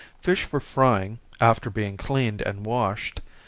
fish for frying, after being cleaned and washed,